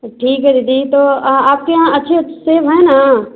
ठीक है दीदी तो आपके यहाँ अच्छे सेब हैं ना